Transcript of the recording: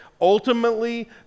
Ultimately